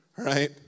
Right